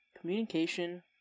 communication